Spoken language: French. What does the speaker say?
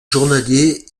journalier